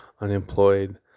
unemployed